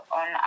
on